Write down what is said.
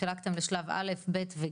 חילקתם לשלב א'-ב'-ג',